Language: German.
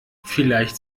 vielleicht